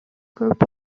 group